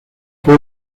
fue